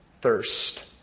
thirst